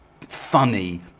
funny